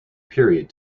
period